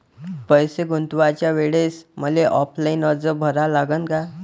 पैसे गुंतवाच्या वेळेसं मले ऑफलाईन अर्ज भरा लागन का?